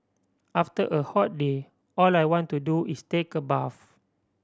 after a hot day all I want to do is take a bath